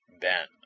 Ben